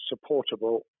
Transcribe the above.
supportable